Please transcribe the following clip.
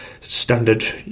standard